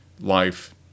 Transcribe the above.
life